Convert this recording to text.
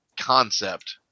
concept